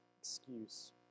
excuse